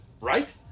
Right